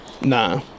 Nah